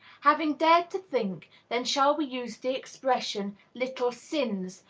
having dared to think, then shall we use the expression little sins,